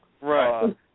Right